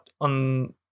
on